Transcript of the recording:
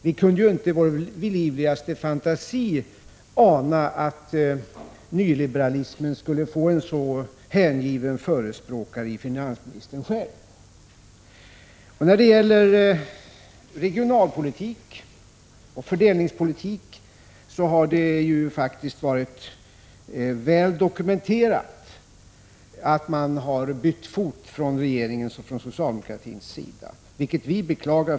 Vi kunde ju inte i vår livligaste fantasi ana att nyliberalismen skulle få en så hängiven förespråkare i finansministern själv. När det gäller regionalpolitik och fördelningspolitik har det ju faktiskt blivit väl dokumenterat att man från regeringens och socialdemokratins sida har bytt fot.